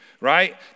right